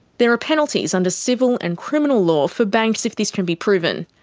there are penalties under civil and criminal law for banks if this can be proven.